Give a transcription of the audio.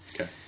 Okay